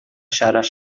شرش